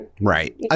Right